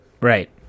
Right